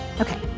Okay